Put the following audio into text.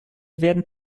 werden